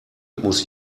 muss